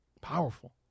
Powerful